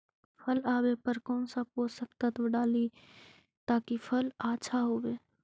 फल आबे पर कौन पोषक तत्ब डाली ताकि फल आछा होबे?